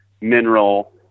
Mineral